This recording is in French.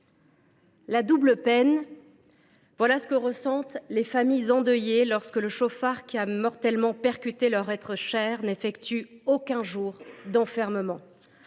la double peine : voilà ce que ressentent les familles endeuillées lorsque le chauffard qui a mortellement percuté un être qui leur est cher n’effectue aucun jour d’enfermement.